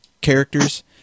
characters